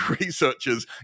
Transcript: researchers